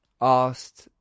asked